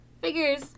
Figures